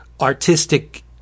artistic